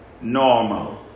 normal